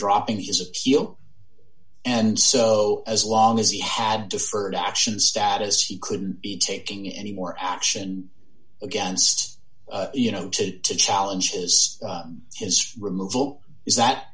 dropping his appeal and so as long as he had deferred action status he could be taking any more action against you know to to challenge his his removal is that